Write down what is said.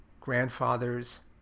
grandfather's